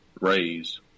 Raise